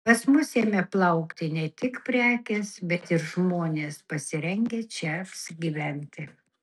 pas mus ėmė plaukti ne tik prekės bet ir žmonės pasirengę čia apsigyventi